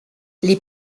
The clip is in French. les